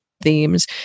themes